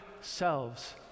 selves